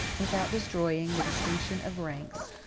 without destroying the distinction of ranks,